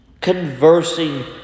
conversing